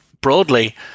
broadly